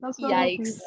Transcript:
yikes